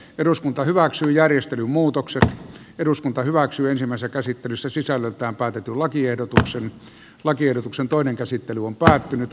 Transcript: eduskunta hyväksyi järjestelyn muutoksen eduskunta hyväksyy samassa käsittelyssä sisällöltään päätetyn lakiehdotus on lakiehdotuksen toinen käsittely on päättynyt